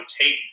take